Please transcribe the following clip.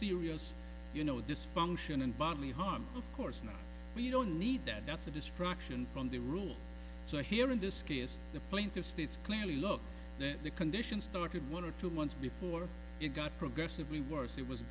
serious you know dysfunction and balmy harm of course no we don't need that that's a distraction from the rule so here in this case the plaintiff states clearly look at the condition started one or two months before it got progressively worse it was